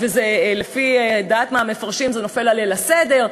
ולפי דעת מפרשים זה נופל על ליל הסדר,